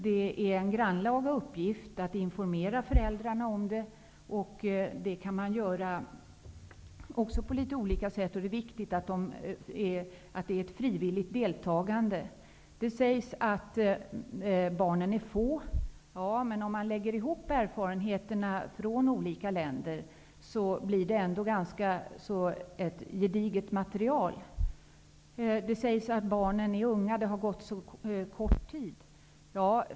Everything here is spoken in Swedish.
Det är en grannlaga uppgift att informera föräldrarna. Det kan man också göra på litet olika sätt. Det är viktigt att deltagandet är frivilligt. Det sägs att barnen är få, men om vi lägger ihop erfarenheterna från olika länder blir det ändå ett gediget material. Det sägs att barnen är unga och att det har gått så kort tid.